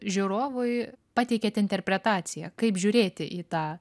žiūrovui pateikiat interpretaciją kaip žiūrėti į tą